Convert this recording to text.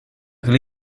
could